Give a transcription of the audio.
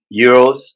euros